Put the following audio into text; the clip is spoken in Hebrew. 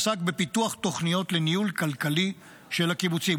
הוא עסק בפיתוח תוכניות לניהול כלכלי של הקיבוצים.